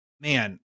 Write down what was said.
man